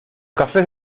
cafés